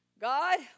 God